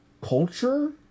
culture